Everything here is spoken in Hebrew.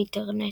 באינטרנט.